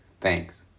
Thanks